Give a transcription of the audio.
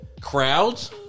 crowds